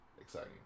exciting